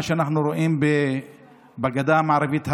מה שאנחנו רואים בגדה המערבית,